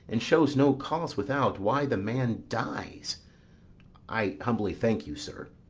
and shows no cause without why the man dies i humbly thank you, sir.